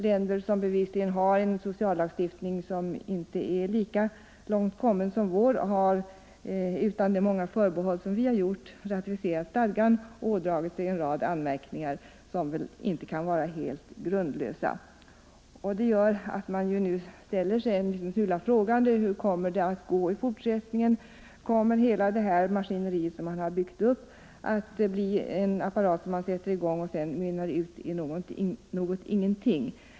Länder som bevisligen har en sociallagstiftning som inte är lika långt kommen som vår har ratificerat stadgan utan de många förbehåll som vi har gjort och ådragit sig en rad anmärkningar som inte kan vara helt grundlösa. Det gör att man ställer sig en liten smula frågande till hur det kommer att gå i fortsättningen. Kommer hela detta maskineri som man har byggt upp att bli en apparat som man sätter i gång och som sedan mynnar ut i ingenting?